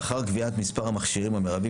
לאחר קביעת מספר המכשירים המרבי,